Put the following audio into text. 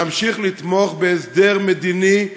להמשיך לתמוך בהסדר מדיני.